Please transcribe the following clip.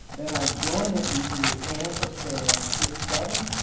then i join it using the ampersand, shift seven,